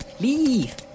leave